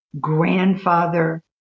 grandfather